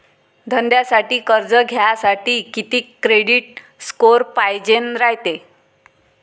धंद्यासाठी कर्ज घ्यासाठी कितीक क्रेडिट स्कोर पायजेन रायते?